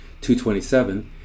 2.27